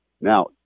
Now